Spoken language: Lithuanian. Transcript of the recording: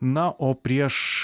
na o prieš